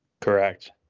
Correct